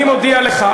אני מודיע לך,